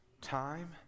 time